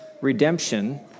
redemption